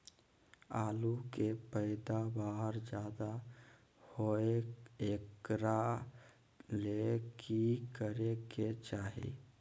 आलु के पैदावार ज्यादा होय एकरा ले की करे के चाही?